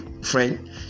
friend